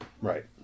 Right